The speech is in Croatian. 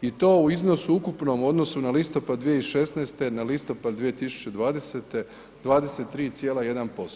i to u iznosu ukupnom u odnosu na listopad 2016., na listopad 2020. 23,1%